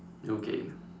okay